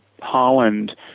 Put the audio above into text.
Holland